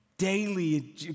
Daily